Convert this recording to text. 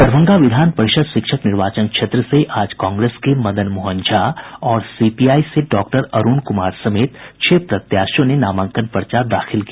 दरभंगा विधान परिषद शिक्षक निर्वाचन क्षेत्र से आज कांग्रेस के मदन मोहन झा और सीपीआई से डॉक्टर अरूण कुमार समेत छह प्रत्याशियों ने नामांकन पर्चा दाखिल किया